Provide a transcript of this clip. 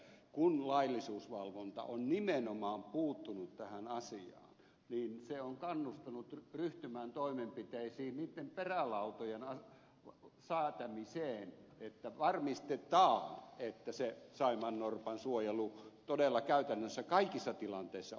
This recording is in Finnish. kun laillisuusvalvonta on nimenomaan puuttunut tähän asiaan niin se on kannustanut ryhtymään toimenpiteisiin niitten perälautojen säätämiseksi jotta varmistetaan että se saimaannorpan suojelu todella käytännössä kaikissa tilanteissa onnistuu